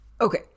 Okay